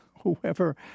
Whoever